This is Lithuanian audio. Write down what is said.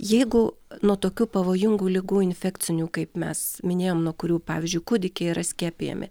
jeigu nuo tokių pavojingų ligų infekcinių kaip mes minėjom nuo kurių pavyzdžiui kūdikiai yra skiepijami